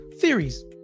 theories